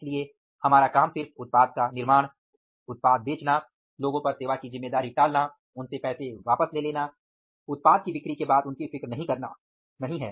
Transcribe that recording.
इसलिए हमारा काम सिर्फ उत्पाद का निर्माण उत्पाद बेचना लोगों पर सेवा की जिम्मेदारी टालना उनसे पैसे वापस ले लेना उत्पाद की बिक्री के बाद उनकी फिक्र नहीं करना नहीं है